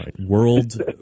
World